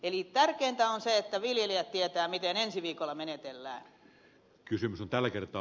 eli tärkeintä on se että viljelijät tietävät miten ensi viikolla menetellään